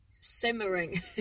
simmering